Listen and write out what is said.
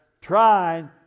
trying